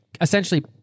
essentially